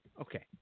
Okay